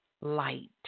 light